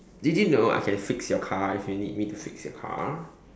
did you know I can fix your car if you need me to fix your car